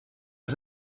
was